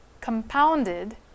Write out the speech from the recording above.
compounded